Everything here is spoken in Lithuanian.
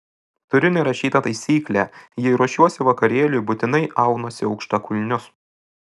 turiu nerašytą taisyklę jei ruošiuosi vakarėliui būtinai aunuosi aukštakulnius